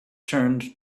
turned